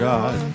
God